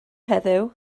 heddiw